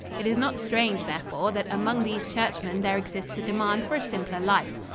it is not strange, therefore, that among these churchmen there exists a demand for a simpler life.